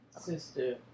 Sister